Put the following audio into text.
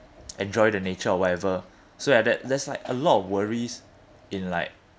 enjoy the nature or whatever so at that that's like a lot of worries in like